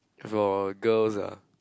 for a girls ah